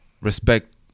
respect